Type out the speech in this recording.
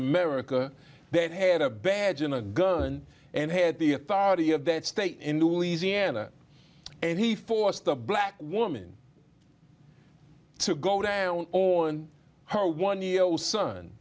america that had a badge and a gun and had the authority of that state in louisiana and he forced a black woman to go down on her one year old son